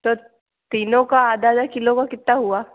त तीनों का आधा आधा किलो कितना हुआ